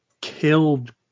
killed